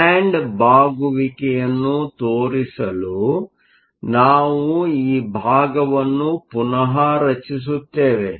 band ಬಾಗುವಿಕೆಯನ್ನು ತೋರಿಸಲು ನಾವು ಈ ಭಾಗವನ್ನು ಪುನಃ ರಚಿಸುತ್ತೇವೆ